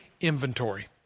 inventory